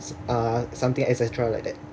uh something et cetera like that